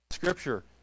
scripture